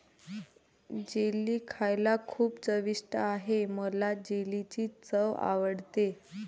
jelly खायला खूप चविष्ट आहे मला जेलीची चव आवडते